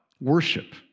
worship